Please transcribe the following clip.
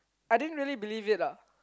I didn't really believe it lah